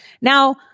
Now